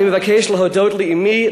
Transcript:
אני מבקש להודות לאמי,